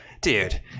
dude